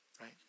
right